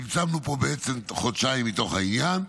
צמצמנו פה בעצם חודשיים מתוך העניין,